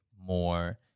more